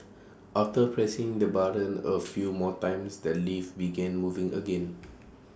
after pressing the button A few more times the lift began moving again